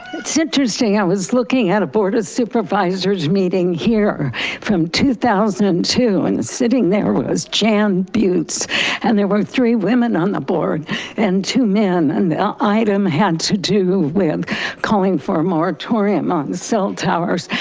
it's interesting i was looking at a board of supervisors meeting here from two thousand and two and sitting there was jan beautz and there were three women on the board and two men. and the item had to do with calling for moratorium on cell towers,